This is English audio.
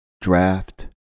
Draft